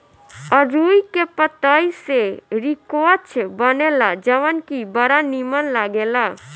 अरुई के पतई से रिकवच बनेला जवन की बड़ा निमन लागेला